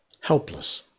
helpless